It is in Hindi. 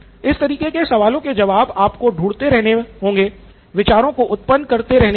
इस तरह के सवालों के जवाब आपको ढूँढते रहने होंगे विचारों को उत्पन्न करते रहने के लिए